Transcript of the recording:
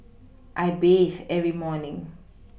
I bathe every morning